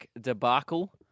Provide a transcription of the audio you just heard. debacle